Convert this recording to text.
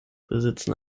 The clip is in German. besitzen